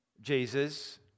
Jesus